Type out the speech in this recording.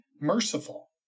merciful